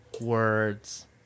words